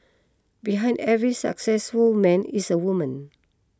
behind every successful man is a woman